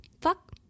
Fuck